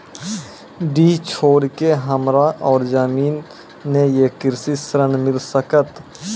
डीह छोर के हमरा और जमीन ने ये कृषि ऋण मिल सकत?